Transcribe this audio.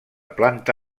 planta